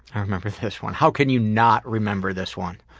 i remember this one. how can you not remember this one?